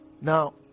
now